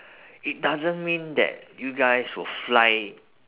it doesn't mean that you guys will fly